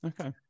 Okay